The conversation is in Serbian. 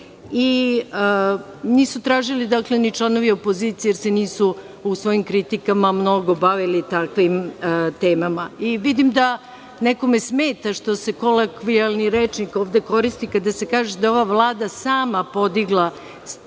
i nisu tražili ni članovi opozicije, jer se nisu u svojim kritikama mnogo bavili takvim temama. Vidim da nekome smeta što se kolokvijalni rečnik ovde koristi kada se kaže da je ova vlada sama podigla lestvicu,